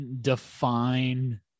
define